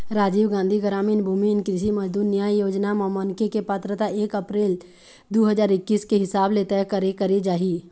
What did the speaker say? राजीव गांधी गरामीन भूमिहीन कृषि मजदूर न्याय योजना म मनखे के पात्रता एक अपरेल दू हजार एक्कीस के हिसाब ले तय करे करे जाही